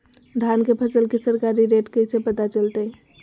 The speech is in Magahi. धान के फसल के सरकारी रेट कैसे पता चलताय?